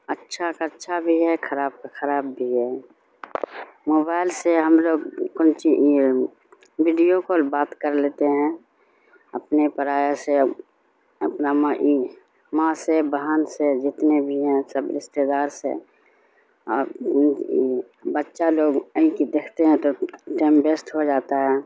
اچھا کا اچھا بھی ہے خراب کا خراب بھی ہے موبائل سے ہم لوگ کون چیز ویڈیو کال بات کر لیتے ہیں اپنے پرائے سے اپنا ماں سے بہن سے جتنے بھی ہیں سب رشتے دار سے اور بچہ لوگ ان کی دیکھتے ہیں تو ٹائم بست ہو جاتا ہے